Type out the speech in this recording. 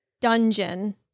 dungeon